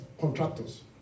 Contractors